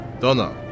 Donna